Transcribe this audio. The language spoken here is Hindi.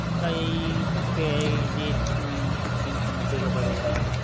उसका यही उससे है यह तीन सौ नब्बे का पड़ेगा आपको